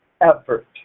effort